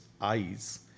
eyes